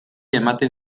ematen